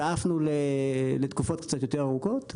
כי שאפנו לתקופות קצת יותר ארוכות,